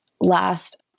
last